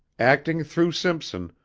acting through simpson,